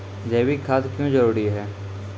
जैविक खाद क्यो जरूरी हैं?